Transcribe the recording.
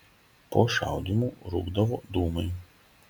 po šaudymų rūkdavo dūmai